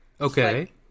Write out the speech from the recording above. Okay